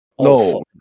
No